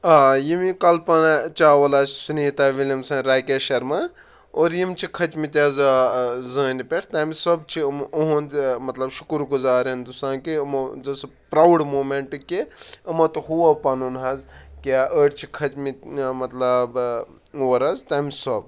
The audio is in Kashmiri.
آ یِم یہِ کَلپنا چاولا سُنیٖتا وِلیَم سَن راکیش شرما اور یِم چھِ کھٔتۍ مٕتۍ حظ زونہِ پٮ۪ٹھ تَمہِ سَب چھُ اُم یُہُنٛد مطلب شُکر گُزار ہِندُستان کہِ یِمو دژ سُہ پرٛاوُڈ موٗمَینٛٹ کہ یِمَو تہٕ ہوو پَنُن حظ کیاہ أڑۍ چھِ کھٔتۍ مٕتۍ مطلب اور حظ تَمہِ سب